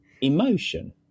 emotion